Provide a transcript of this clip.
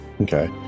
Okay